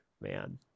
man